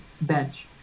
Bench